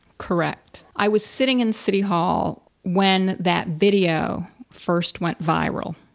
correct. i was sitting in city hall when that video first went viral